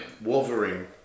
Wolverine